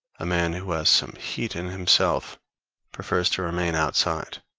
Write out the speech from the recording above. a man who has some heat in himself prefers to remain outside,